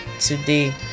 today